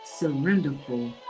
surrenderful